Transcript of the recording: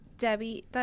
Debbie